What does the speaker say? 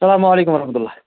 السلام علیکُم ورحمتُہ اللہ